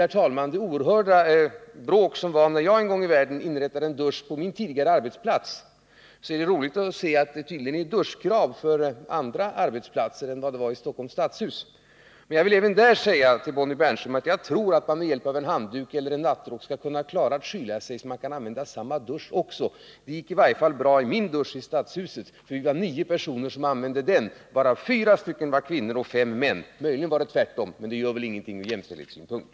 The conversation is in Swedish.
Men med hänsyn till det oerhörda bråk som uppkom när jag en gång inrättade en dusch på min tidigare arbetsplats är det roligt att se att det tydligen råder duschkrav när det gäller andra arbetsplatser än Stockholms stadshus. Även i det här fallet tror jag dock att man med hjälp av en handduk eller en nattrock klarar att skyla sig så att man kan använda samma dusch. Det gick i varje fall bra i min dusch i stadshuset. Vi var nio personer som använde den, av vilka fyra var kvinnor och fem män; möjligen var det tvärtom, men det gör väl ingenting ur jämställdhetssynpunkt.